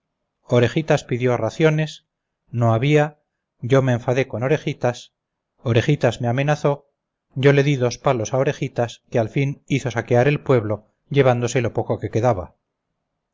orejitas pidió raciones no había yo me enfadé con orejitas orejitas me amenazó yo le di dos palos a orejitas que al fin hizo saquear el pueblo llevándose lo poco que quedaba